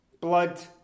blood